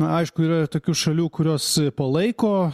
aišku yra ir tokių šalių kurios palaiko